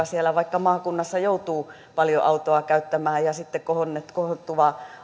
siellä maakunnassa joutuu paljon autoa käyttämään ja sitten kohoavaa